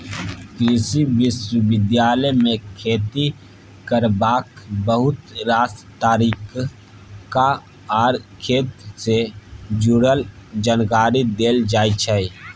कृषि विश्वविद्यालय मे खेती करबाक बहुत रास तरीका आर खेत सँ जुरल जानकारी देल जाइ छै